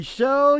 Show